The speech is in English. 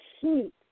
heat